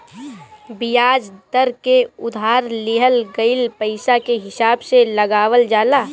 बियाज दर के उधार लिहल गईल पईसा के हिसाब से लगावल जाला